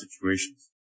situations